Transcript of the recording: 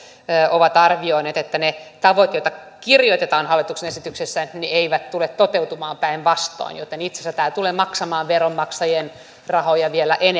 ovat arvioineet ne tavoitteet joita kirjoitetaan hallituksen esityksessä eivät tule toteutumaan päinvastoin joten itse asiassa tämä tulee maksamaan veronmaksajien rahoja vielä